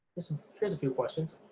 listen, here's a few questions.